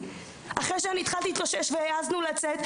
במצבנו.